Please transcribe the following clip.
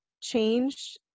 changed